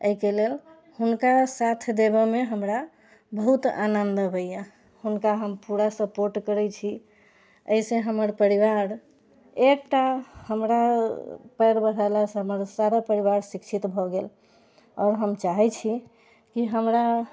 अइके लेल हुनका साथ देबैमे हमरा बहुत आनन्द अबैए हुनका हम पूरा सपोर्ट करै छी अइसँ हमर परिवार एकटा हमरा पयर बढ़ेलासँ हमर सारा परिवार शिक्षित भऽ गेल आओर हम चाहै छी की हमरा